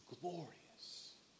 glorious